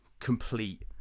complete